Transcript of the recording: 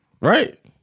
right